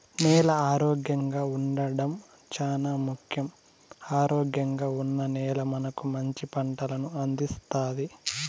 నేల ఆరోగ్యంగా ఉండడం చానా ముఖ్యం, ఆరోగ్యంగా ఉన్న నేల మనకు మంచి పంటలను అందిస్తాది